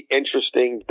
interesting